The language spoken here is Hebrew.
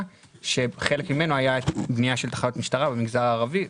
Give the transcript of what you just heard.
חלק ממנו היה בניית תחנות משטרה במגזר הערבי.